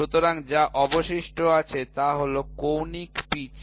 সুতরাং যা অবশিষ্ট আছে তা হল কৌণিক পিচ